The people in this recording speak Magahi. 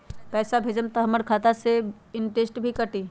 पैसा भेजम त हमर खाता से इनटेशट भी कटी?